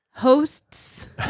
hosts